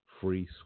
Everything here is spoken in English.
Free